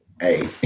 hey